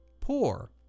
poor